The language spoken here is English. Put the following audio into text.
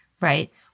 right